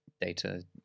data